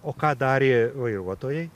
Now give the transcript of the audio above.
o ką darė vairuotojai